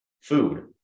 food